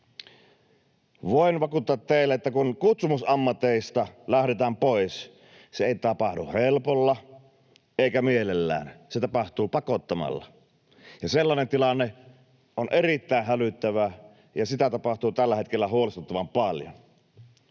Voin vakuuttaa teille, että kun kutsumusammateista lähdetään pois, se ei tapahdu helpolla eikä mielellään, se tapahtuu pakottamalla. Sellainen tilanne on erittäin hälyttävä, ja sitä tapahtuu tällä hetkellä huolestuttavan paljon.